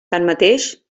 tanmateix